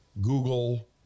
Google